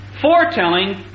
foretelling